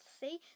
see